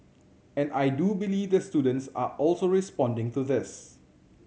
and I do believe the students are also responding to this